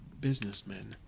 Businessmen